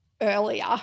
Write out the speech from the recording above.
earlier